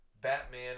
Batman